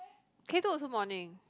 K-two also morning